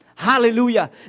Hallelujah